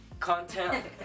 Content